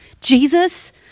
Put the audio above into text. Jesus